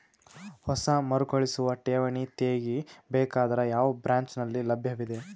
ಹೊಸ ಮರುಕಳಿಸುವ ಠೇವಣಿ ತೇಗಿ ಬೇಕಾದರ ಯಾವ ಬ್ರಾಂಚ್ ನಲ್ಲಿ ಲಭ್ಯವಿದೆ?